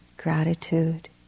gratitude